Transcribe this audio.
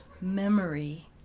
memory